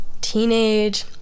teenage